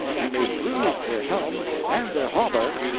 and they bruised their helms and their hauberks,